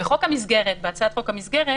בהצעת חוק המסגרת